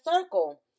circle